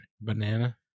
Banana